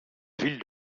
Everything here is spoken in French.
ville